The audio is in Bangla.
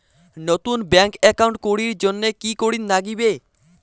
নতুন ব্যাংক একাউন্ট করির জন্যে কি করিব নাগিবে?